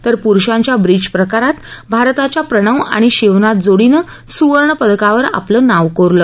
तर प्रुषांच्या ब्रिजप्रकारात भारताच्या प्रणव आणि शिवनाथ जोडींनं सुवर्णपदकावर आपलं नाव कोरलं